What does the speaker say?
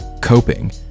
coping